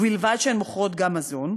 ובלבד שהן מוכרות גם מזון,